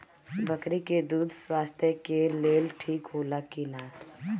बकरी के दूध स्वास्थ्य के लेल ठीक होला कि ना?